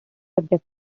subject